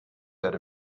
that